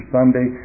Sunday